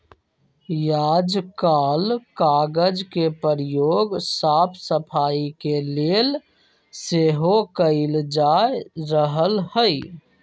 याजकाल कागज के प्रयोग साफ सफाई के लेल सेहो कएल जा रहल हइ